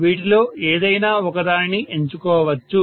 వీటిలో ఏదైనా ఒక దానిని ఎంచుకోవచ్చు